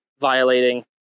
violating